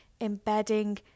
embedding